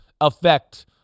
affect